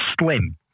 Slim